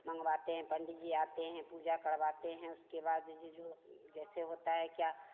मंगवाते हैं पंडित जी आते हैं पूजा करवाते हैं उसके बाद जो जैसे होता है क्या